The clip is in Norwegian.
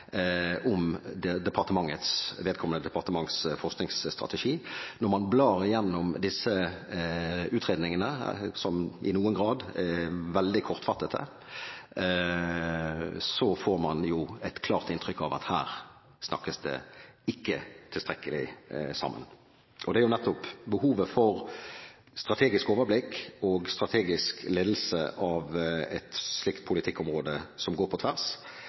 om vedkommende departements forskningsstrategi. Når man blar gjennom disse utredningene, som i noen grad er veldig kortfattede, får man et klart inntrykk av at her snakkes det ikke tilstrekkelig sammen. Og det er nettopp behovet for strategisk overblikk og strategisk ledelse av et slikt politikkområde som går på tvers,